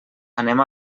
anem